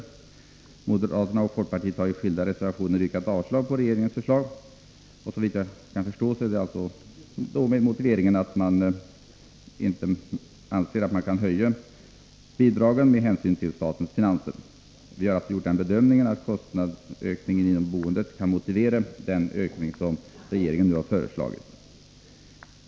Moderaterna och folkpartiet har i skilda reservationer yrkat avslag på regeringens förslag. Såvitt jag kan förstå gör man det med hänvisning till statens finanser. I utskottet har vi gjort den bedömningen att kostnadsökningarna inom boendet kan motivera den höjning av bostadsbidragen som regeringen nu föreslagit.